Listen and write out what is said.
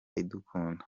idukunda